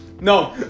No